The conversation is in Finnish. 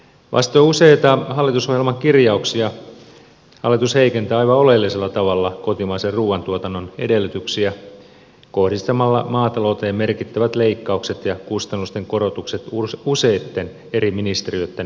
vasten useita hallitusohjelman kirjauksia hallitus heikentää aivan oleellisella tavalla kotimaisen ruuantuotannon edellytyksiä kohdistamalla maatalouteen merkittävät leikkaukset ja kustannusten korotukset useitten eri ministeriöitten hallinnonalojen kautta